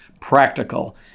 practical